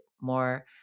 more